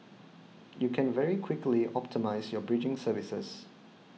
you can very quickly optimise your bridging services